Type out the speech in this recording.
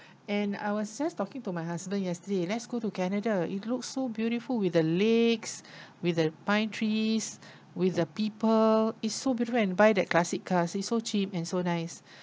and I was just talking to my husband yesterday let's go to canada it looks so beautiful with the lakes with the pine trees with the people it's so beautiful and buy that classic cars it's so cheap and so nice